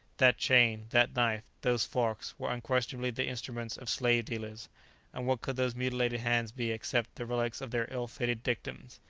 that chain, that knife, those forks, were unquestionably the instruments of slave-dealers and what could those mutilated hands be, except the relics of their ill-fated victims?